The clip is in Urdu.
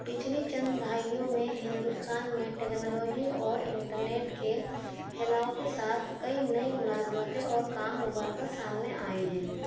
پچھلی چند دہائیوں میں ہندوستان میں ٹیکنالاجی اور انٹرنیٹ کے پھیلاؤ کے ساتھ کئی نئی ملازمتیں اور کام ابھر کر سامنے آئے ہیں